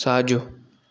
साॼो